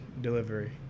delivery